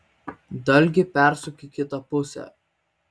dalgį persuk į kitą pusę